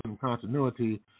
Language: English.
continuity